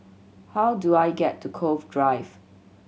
how do I get to Cove Drive